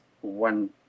one